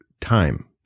time